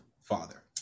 father